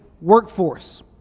workforce